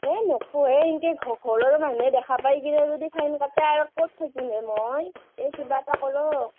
হেই নকবো হে তেনকৈ ঘৰৰ মানুহে দেখা পাই কিনে যদি ফাইন কাটেই আৰু ক'ত থাকিমহে মই এই কিবা এটা কৰক